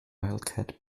wildcat